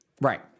right